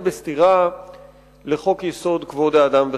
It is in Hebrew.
בסתירה לחוק-יסוד: כבוד האדם וחירותו.